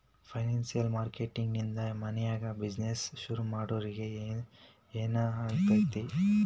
ಫೈನಾನ್ಸಿಯ marketing ನಿಂದಾ ಮನ್ಯಾಗ್ business ಶುರುಮಾಡ್ದೊರಿಗೆ ಏನ್ಸಹಾಯಾಕ್ಕಾತಿ?